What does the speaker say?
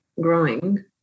growing